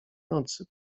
nocy